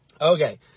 Okay